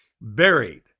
Buried